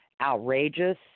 outrageous